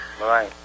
Right